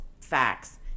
facts